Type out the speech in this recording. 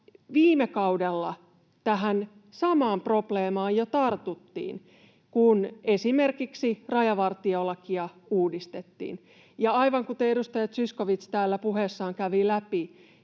Viime kaudella tähän samaan probleemaan jo tartuttiin, kun esimerkiksi rajavartiolakia uudistettiin. Ja aivan kuten edustaja Zyskowicz täällä puheessaan kävi läpi,